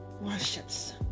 worships